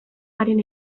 garen